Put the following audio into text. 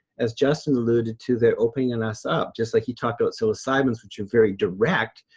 as justin alluded to, they're opening and us up just like he talked about. so assignments which are very direct,